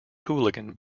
hooligan